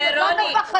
אנחנו לא מפחדות.